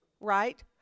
right